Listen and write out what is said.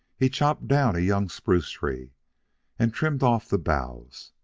he chopped down a young spruce tree and trimmed off the boughs.